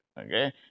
okay